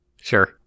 Sure